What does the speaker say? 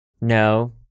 No